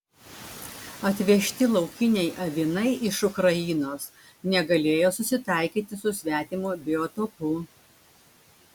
atvežti laukiniai avinai iš ukrainos negalėjo susitaikyti su svetimu biotopu